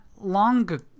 long